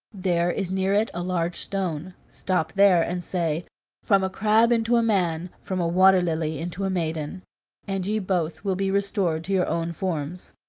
there is near it a large stone. stop there and say from a crab into a man, from a water-lily into a maiden and ye both will be restored to your own forms.